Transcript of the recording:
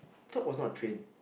dog was not trained